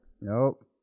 Nope